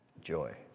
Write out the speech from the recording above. Joy